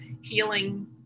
healing